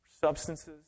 substances